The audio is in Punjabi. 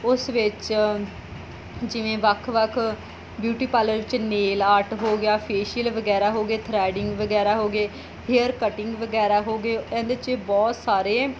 ਉਸ ਵਿੱਚ ਜਿਵੇਂ ਵੱਖ ਵੱਖ ਬਿਊਟੀ ਪਾਰਲਰ 'ਚ ਨੇਲ ਆਰਟ ਹੋ ਗਿਆ ਫੇਸ਼ੀਅਲ ਵਗੈਰਾ ਹੋ ਗਿਆ ਥਰੈਡਿਗ ਵਗੈਰਾ ਹੋ ਗਏ ਹੇਅਰ ਕਟਿੰਗ ਵਗੈਰਾ ਹੋ ਗਏ ਇਹਦੇ 'ਚ ਬਹੁਤ ਸਾਰੇ